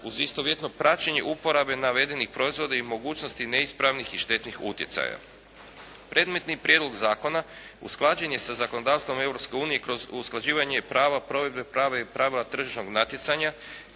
uz istovjetno praćenje uporabe navedenih proizvoda i o mogućnosti neispravnih i štetnih utjecaja. Predmetni prijedlog zakona usklađen je sa zakonodavstvom Europske unije kroz usklađivanje prava provedbe prava i pravila tržišnog natjecanja